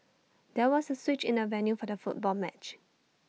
there was A switch in the venue for the football match